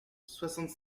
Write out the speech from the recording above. soixante